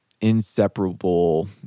inseparable